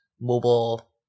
mobile